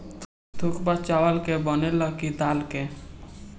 थुक्पा चावल के बनेला की दाल के?